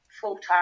full-time